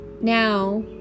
Now